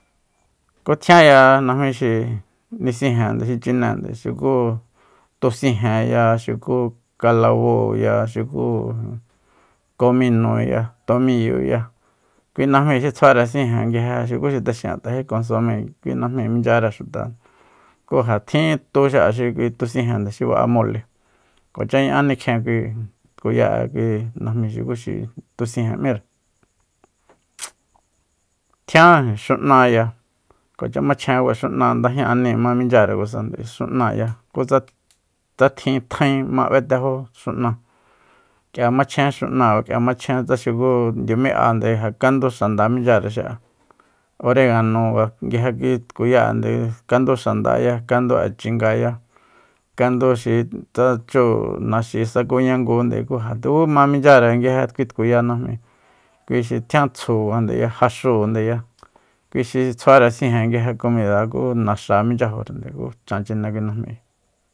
Ku tjianya najmí xi nisijende xi chinéende xuku tusijenya xuku kalabúuya xuku ijin kominoya tomiyoya kui najmí xi tsjuare sije xuku xi texin'an t'ajé kui konsomée kui najmíi minchyare xutande ku ja tjin tu xi'a xi kui tu sijende xi ba'a mole kuacha ña'á nikjien tkuya'e najmi xukuxi tu sijen m'íre tjian xu´naya kuacha machjen xu´náa ndajña aníi ma minchyare kusande xu´naya kutsa tsa tjin tjaen ma b'etejó xu'na k'ia machjen xu'na kia machjen xuku ndiumi'ande ja kandu xanda minchyare xi'a oregano kua nguije kui tkuya'ende kandu xandaya kandu'e chingaya kandu xi tsa chu naxi sakuña ngu nde ku ja tuku ma minchyare nguije kui tkuya najmi kui xi tjian tsjundeya jaxúundeya kui xi tsjuaere sijen nguije komida ku naxa minchyajorende ku chan chine kui najmi